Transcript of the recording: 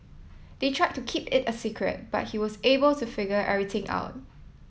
they tried to keep it a secret but he was able to figure everything out